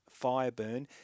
Fireburn